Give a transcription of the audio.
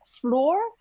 floor